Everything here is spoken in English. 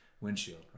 windshield